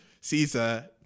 Caesar